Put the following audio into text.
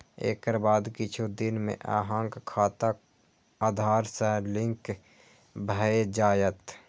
एकर बाद किछु दिन मे अहांक खाता आधार सं लिंक भए जायत